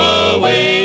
away